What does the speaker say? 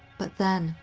but then,